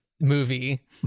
movie